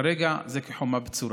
כרגע זה כחומה בצורה.